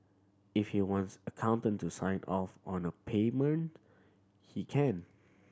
if he wants accountant to sign off on a payment he can